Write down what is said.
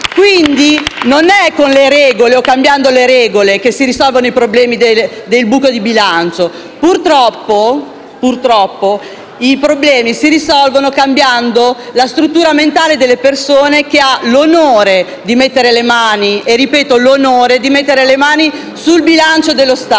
Quindi, non è cambiando le regole che si risolvono i problemi relativi ai buchi di bilancio. Purtroppo, i problemi si risolvono cambiando la struttura mentale delle persone che hanno l'onore di mettere le mani sul bilancio dello Stato.